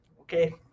okay